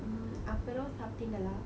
mm அப்புறம் சாப்பிட்டீங்களா:appuram sapttingalaa